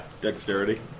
Dexterity